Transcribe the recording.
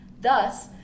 Thus